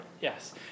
Yes